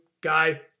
guy